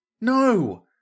No